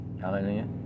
Hallelujah